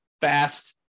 fast